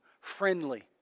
friendly